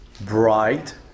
bright